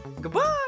Goodbye